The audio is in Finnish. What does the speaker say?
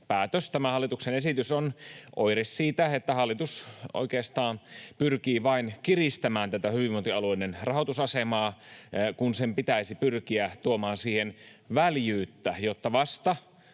Tämä hallituksen esitys on oire siitä, että hallitus oikeastaan pyrkii vain kiristämään tätä hyvinvointialueiden rahoitusasemaa, kun sen pitäisi pyrkiä tuomaan siihen väljyyttä, jotta vasta